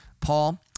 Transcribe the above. Paul